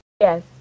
Yes